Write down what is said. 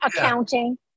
accounting